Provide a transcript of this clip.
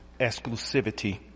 exclusivity